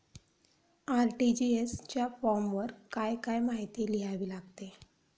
RTGS च्या फॉर्मवर काय काय माहिती लिहावी लागते?